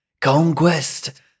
conquest